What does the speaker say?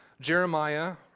Jeremiah